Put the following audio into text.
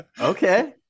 Okay